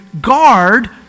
guard